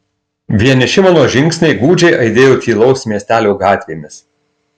vieniši mano žingsniai gūdžiai aidėjo tylaus miestelio gatvėmis